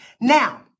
Now